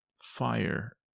Fire